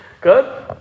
Good